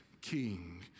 King